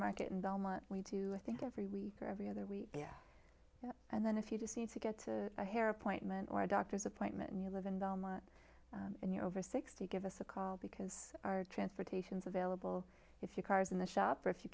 market in belmont we do i think every week or every other week and then if you just need to get to a hair appointment or a doctor's appointment and you live in belmont and you're over sixty give us a call because our transportation is available if your car's in the shop or if you